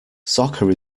soccer